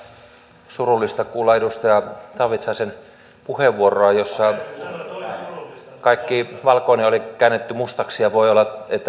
oli aika surullista kuulla edustaja taavitsaisen puheenvuoroa jossa kaikki valkoinen oli käännetty mustaksi ja voi olla että päinvastoinkin